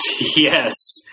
yes